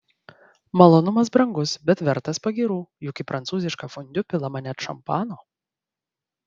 malonumas brangus bet vertas pagyrų juk į prancūzišką fondiu pilama net šampano